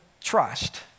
trust